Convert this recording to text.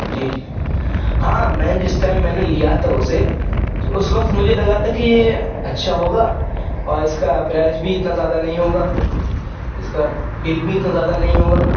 جی جی ہاں میں نے جس ٹائم میں نے لیا تھا اسے تو اس وقت مجھے لگا تھا کہ یہ اچھا ہوگا اور اس کا پرائز بھی اتنا زیادہ نہیں ہوگا اس کا بل بھی اتنا زیادہ نہیں ہوگا